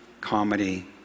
Comedy